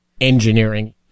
engineering